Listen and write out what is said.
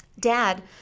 dad